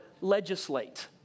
legislate